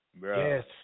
Yes